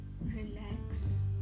Relax